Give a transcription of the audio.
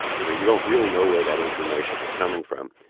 you know, you don't really know where that information is coming from,